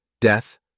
death